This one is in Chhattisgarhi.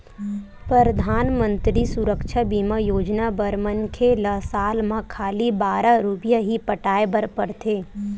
परधानमंतरी सुरक्छा बीमा योजना बर मनखे ल साल म खाली बारह रूपिया ही पटाए बर परथे